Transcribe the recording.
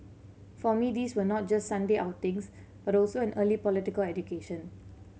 for me these were not just Sunday outings but also an early political education